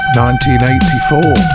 1984